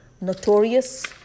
Notorious